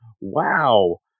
Wow